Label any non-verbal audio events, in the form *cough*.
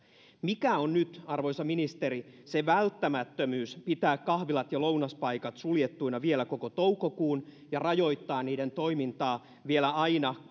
mikä on nyt arvoisa ministeri se välttämättömyys pitää kahvilat ja lounaspaikat suljettuina vielä koko toukokuun ja rajoittaa niiden toimintaa vielä aina *unintelligible*